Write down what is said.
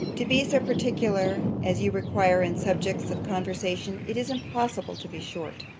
to be so particular as you require in subjects of conversation, it is impossible to be short.